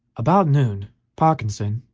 about noon parkinson,